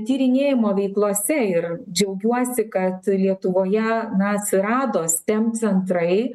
tyrinėjimo veiklose ir džiaugiuosi kad lietuvoje na atsirado stem centrai